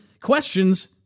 questions